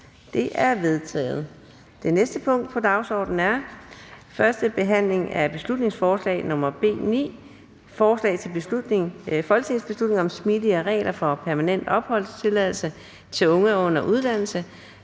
Det er vedtaget. --- Det næste punkt på dagsordenen er: 11) 1. behandling af beslutningsforslag nr. B 9: Forslag til folketingsbeslutning om smidigere regler for permanent opholdstilladelse til unge under uddannelse.